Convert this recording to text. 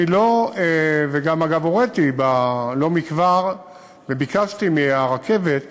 אני גם, אגב, הוריתי לא מכבר וביקשתי מהרכבת